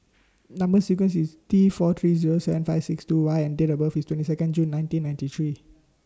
Number sequence IS T four three Zero seven five six two Y and Date of birth IS twenty Second June nineteen ninety three